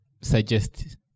suggest